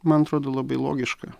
man atrodo labai logiška